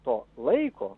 to laiko